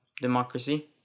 democracy